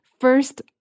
First